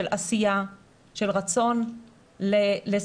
של עשייה, של רצון לסייע.